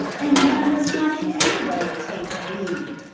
and man must not in any way take the lead.